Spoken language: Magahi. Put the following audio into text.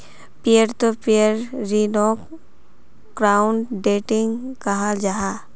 पियर तो पियर ऋन्नोक क्राउड लेंडिंग कहाल जाहा